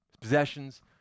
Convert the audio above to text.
possessions